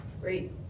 Great